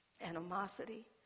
animosity